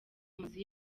mazu